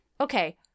okay